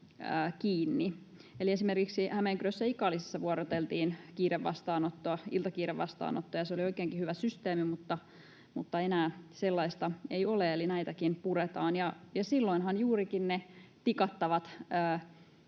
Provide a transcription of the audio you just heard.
kiinni. Esimerkiksi Hämeenkyrössä ja Ikaalisissa vuoroteltiin iltakiirevastaanottoa, ja se oli oikeinkin hyvä systeemi, mutta enää sellaista ei ole, eli näitäkin puretaan. Silloinhan juurikin ne tikattavat